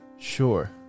Sure